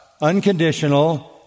unconditional